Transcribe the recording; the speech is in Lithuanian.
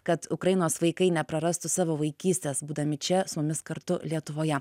kad ukrainos vaikai neprarastų savo vaikystės būdami čia su mumis kartu lietuvoje